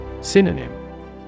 Synonym